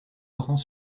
laurent